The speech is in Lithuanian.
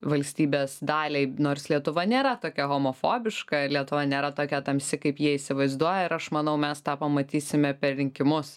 valstybės daliai nors lietuva nėra tokia homofobiška lietuva nėra tokia tamsi kaip jie įsivaizduoja ir aš manau mes tą pamatysime per rinkimus